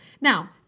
Now